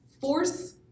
force